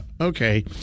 Okay